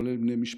כולל בני משפחה.